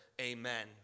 Amen